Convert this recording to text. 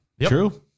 True